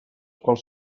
quals